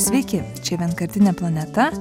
sveiki čia vienkartinė planeta